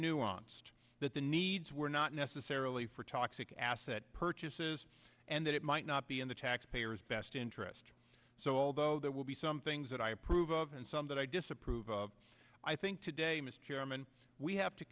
nuanced that the needs were not necessarily for toxic asset purchases and that it might not be in the taxpayers best interest so although there will be some things that i approve of and some that i disapprove of i think today mr chairman we have to